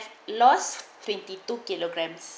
lost twenty two kilograms